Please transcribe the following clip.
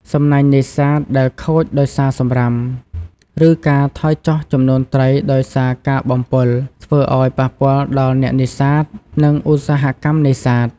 សំណាញ់នេសាទដែលខូចដោយសារសំរាម ឬការថយចុះចំនួនត្រីដោយសារការបំពុល ធ្វើឱ្យប៉ះពាល់ដល់អ្នកនេសាទ និងឧស្សាហកម្មនេសាទ។